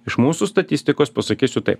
iš mūsų statistikos pasakysiu taip